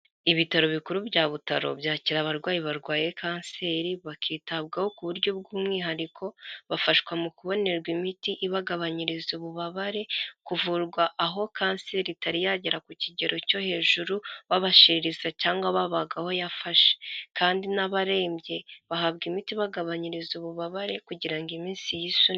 Ibitaro bikuru bya Butaro byakira abarwayi barwaye kanseri, bakitabwaho ku buryo bw'umwihariko, bafashwa mu kubonerwa imiti ibagabanyiriza ububabare, kuvurwa aho kanseri itari yagera ku kigero cyo hejuru babashiririza cyangwa babaga aho yafashe, kandi n'abarembye bahabwa imiti ibagabanyiriza ububabare kugira ngo iminsi yisunike.